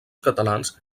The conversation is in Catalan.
catalans